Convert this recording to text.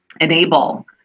enable